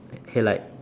headlight